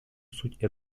суть